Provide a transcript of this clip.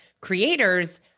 creators